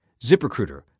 ZipRecruiter